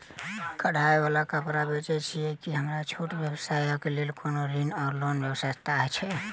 कढ़ाई वला कापड़ बेचै छीयै की हमरा छोट व्यवसाय केँ लेल कोनो ऋण वा लोन व्यवस्था छै?